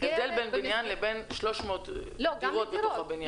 ההבדל בין בניין ל-300 דירות בתוך הבניין.